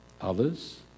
others